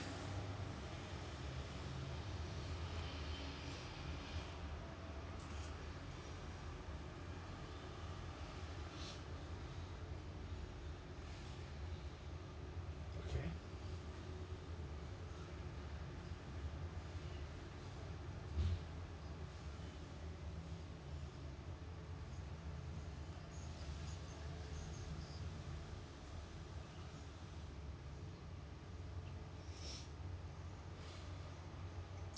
okay